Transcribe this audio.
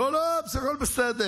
לא, לא, הכול בסדר.